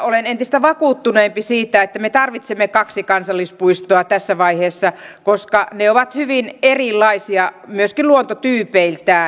olen entistä vakuuttuneempi siitä että me tarvitsemme kaksi kansallispuistoa tässä vaiheessa koska ne ovat hyvin erilaisia myöskin luontotyypeiltään